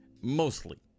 mostly